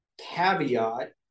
caveat